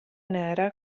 nera